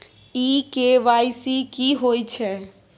इ के.वाई.सी की होय छै?